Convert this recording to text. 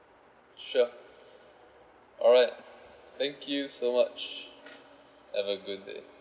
sure alright thank you so much have a good day